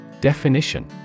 Definition